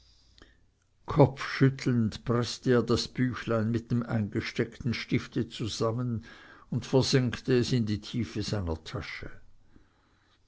kopfschüttelnd preßte er das büchlein mit dem eingesteckten stifte zusammen und versenkte es in die tiefe seiner tasche